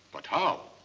but how?